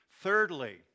Thirdly